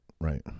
right